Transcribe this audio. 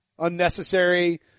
unnecessary